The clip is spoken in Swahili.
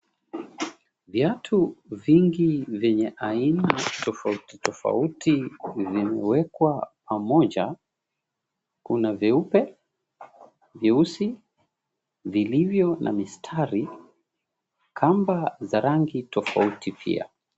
Viatu vingi vyenye aina tofauti tofauti vimewekwa pamoja. Kuna vyeupe, vyeusi vilivyo na mstari, kamba za rangi tofauti pia.